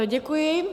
Děkuji.